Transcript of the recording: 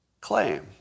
claim